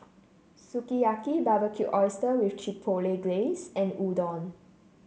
Sukiyaki Barbecued Oyster with Chipotle Glaze and Udon